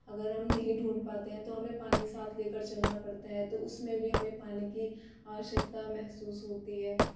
अगर हम नही ढूंढ पाते हैं तो हमे पानी साथ लेकर चलना पड़ता है तो उसमें भी हमें पानी की आवश्यकता महसूस होती है